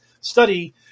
study